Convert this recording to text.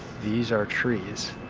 these are trees.